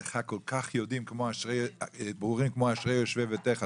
שלך ברורים כמו אשרי יושבי ביתך.